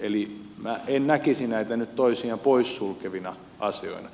eli minä en näkisi näitä nyt toisiaan poissulkevina asioina